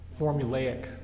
formulaic